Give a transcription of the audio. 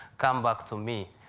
come back to me.